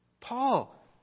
Paul